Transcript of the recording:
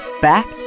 back